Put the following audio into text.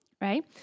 Right